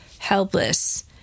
helpless